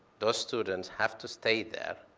those students have to stay there.